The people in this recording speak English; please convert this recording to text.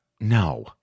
No